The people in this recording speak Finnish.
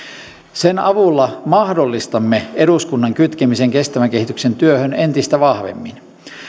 sen avulla mahdollistamme eduskunnan kytkemisen kestävän kehityksen työhön entistä vahvemmin